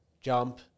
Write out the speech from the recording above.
jump